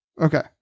Okay